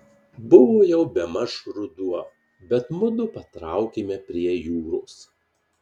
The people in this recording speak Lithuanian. buvo jau bemaž ruduo bet mudu patraukėme prie jūros